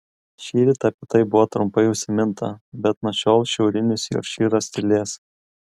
šįryt apie tai buvo trumpai užsiminta bet nuo šiol šiaurinis jorkšyras tylės